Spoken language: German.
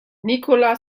nicola